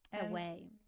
away